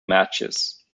matches